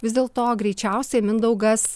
vis dėl to greičiausiai mindaugas